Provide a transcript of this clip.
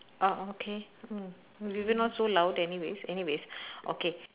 oh okay mm we were not so loud anyways anyways okay